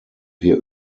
wir